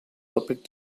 topic